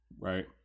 right